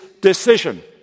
decision